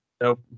Nope